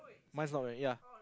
mine is not wearing ya